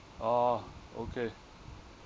orh okay